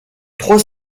trois